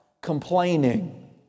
complaining